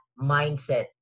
mindset